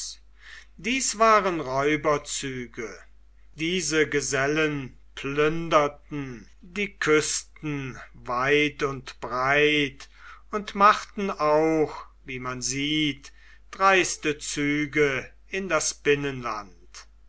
dies waren räuberzüge diese gesellen plünderten die küsten weit und breit und machten auch wie man sieht dreiste züge in das binnenland